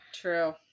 True